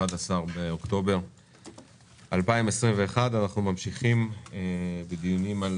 11 באוקטובר 2021. אנחנו ממשיכים בדיונים על